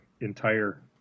entire